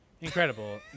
Incredible